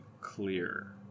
clear